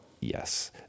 yes